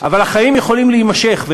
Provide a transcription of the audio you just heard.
אבל החיים יכולים להימשך, משפט סיכום.